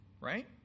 right